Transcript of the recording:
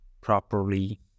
properly